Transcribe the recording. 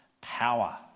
power